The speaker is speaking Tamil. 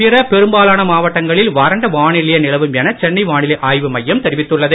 பிற பெரும்பாலான மாவட்டங்களில் வறண்ட வானிலையே நிலவும் என சென்னை வானிலை ஆய்வு மையம் தெரிவித்துள்ளது